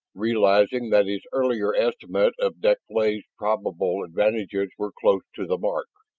realizing that his earlier estimate of deklay's probable advantages were close to the mark.